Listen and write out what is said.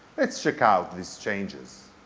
let's check out these changes!